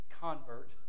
convert